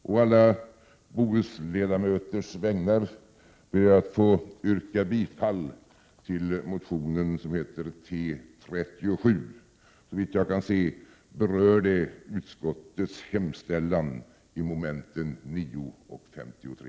Å alla Bohusledamöters vägnar ber jag att få yrka bifall till motionen T37. Såvitt jag kan se berör det utskottets hemställan i momenten 9 och 53.